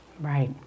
Right